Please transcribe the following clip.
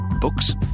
books